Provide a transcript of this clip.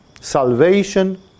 Salvation